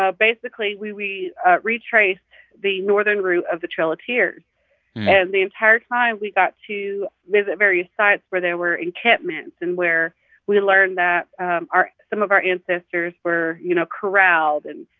basically, we we retraced the northern route of the trail of tears and the entire time, we got to visit various sites where there were encampments and where we learned that our some of our ancestors were, you know, corralled and,